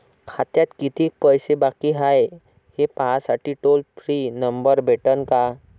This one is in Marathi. खात्यात कितीकं पैसे बाकी हाय, हे पाहासाठी टोल फ्री नंबर भेटन का?